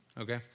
okay